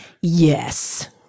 Yes